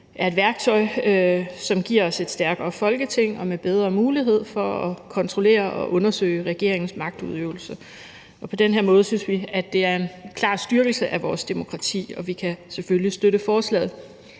er et værktøj, som giver os et stærkere Folketing med bedre mulighed for at kontrollere og undersøge regeringens magtudøvelse. På den her måde synes vi, at det er en klar styrkelse af vores demokrati, og vi kan selvfølgelig støtte forslaget.